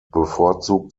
bevorzugt